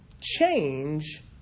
change